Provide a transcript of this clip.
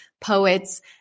poets